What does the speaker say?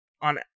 on